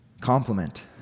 compliment